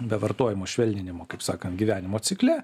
be vartojimo švelninimo kaip sakant gyvenimo cikle